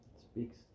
speaks